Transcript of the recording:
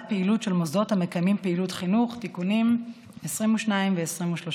פעילות של מוסדות המקיימים פעילות חינוך) (תיקונים 22 ו-23),